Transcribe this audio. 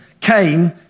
came